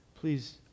Please